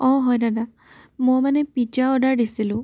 অঁ হয় দাদা মই মানে পিজ্জা অৰ্ডাৰ দিছিলোঁ